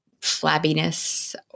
flabbiness